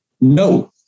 No